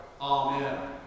Amen